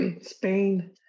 Spain